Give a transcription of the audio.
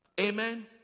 Amen